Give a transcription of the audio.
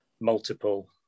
multiple